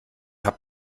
habe